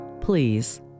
Please